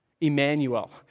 Emmanuel